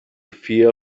feel